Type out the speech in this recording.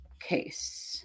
case